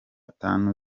tanu